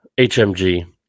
HMG